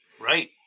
Right